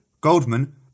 Goldman